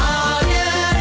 oh yeah